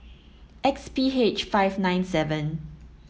X P H five nine seven